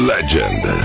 Legend